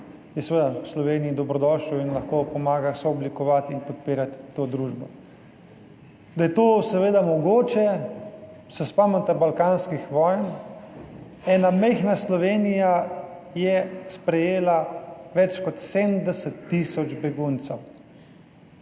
je seveda v Sloveniji dobrodošel in lahko pomaga sooblikovati in podpirati to družbo. Da je to seveda mogoče, se spomnite balkanskih vojn, ena majhna Slovenija je sprejela več kot 70 tisoč beguncev